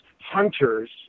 hunters